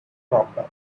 dropped